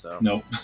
Nope